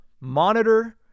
monitor